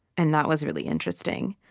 and that was really interesting,